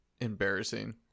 embarrassing